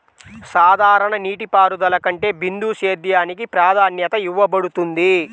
సాధారణ నీటిపారుదల కంటే బిందు సేద్యానికి ప్రాధాన్యత ఇవ్వబడుతుంది